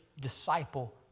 disciple